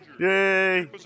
Yay